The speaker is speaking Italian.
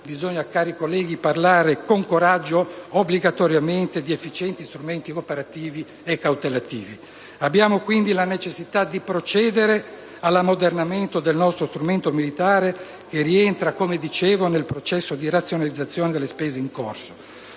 bisogna, cari colleghi parlare con coraggio, obbligatoriamente, di efficienti strumenti operativi e cautelativi. Abbiamo quindi la necessità di procedere all'ammodernamento del nostro strumento militare, che rientra, come dicevo, nel processo di razionalizzazione delle spese in corso.